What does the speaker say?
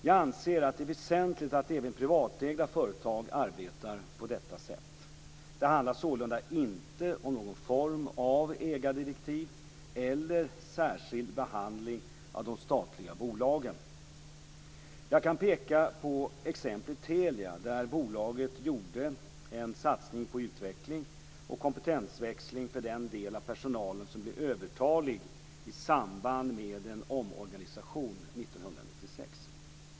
Jag anser att det är väsentligt att även privatägda företag arbetar på detta sätt. Det handlar sålunda inte om någon form av ägardirektiv eller särskild behandling av de statliga bolagen. Jag kan peka på exemplet Telia där bolaget gjorde en satsning på utveckling och kompetensväxling för den del av personalen som blev övertalig i samband med en omorganisation 1996.